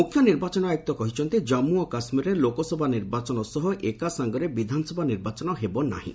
ମୁଖ୍ୟ ନିର୍ବାଚନ ଆୟୁକ୍ତ କହିଛନ୍ତି ଜନ୍ମୁ ଓ କାଶ୍କୀରରେ ଲୋକସଭା ନିର୍ବାଚନ ସହ ଏକାସାଙ୍ଗରେ ବିଧାନସଭା ନିର୍ବାଚନ ହେବ ନାହିଁ